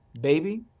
baby